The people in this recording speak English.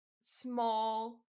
small